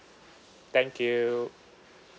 thank you